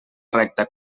recta